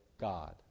God